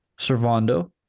Servando